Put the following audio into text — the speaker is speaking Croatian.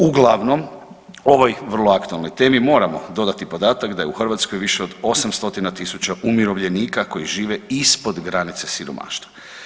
Uglavnom, ovoj vrlo aktualnoj temi moramo dodati podatak da je u Hrvatskoj više od 800.000 umirovljenika koji žive ispod granice siromaštva.